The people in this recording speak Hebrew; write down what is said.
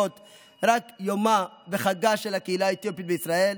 רק יומה וחגה של הקהילה האתיופית בישראל,